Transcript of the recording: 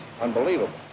unbelievable